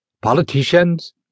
Politicians